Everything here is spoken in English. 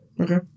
Okay